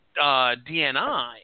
DNI